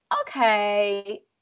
okay